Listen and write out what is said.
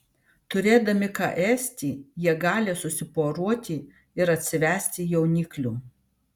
turėdami ką ėsti jie gali susiporuoti ir atsivesti jauniklių